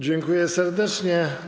Dziękuję serdecznie.